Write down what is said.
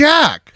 Jack